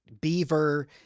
beaver